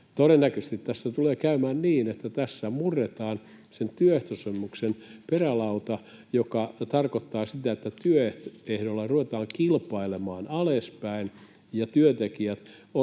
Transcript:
Todennäköisesti tässä tulee käymään niin, että tässä murretaan sen työehtosopimuksen perälauta, mikä tarkoittaa sitä, että työehdoilla ruvetaan kilpailemaan alaspäin ja työntekijät